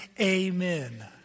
amen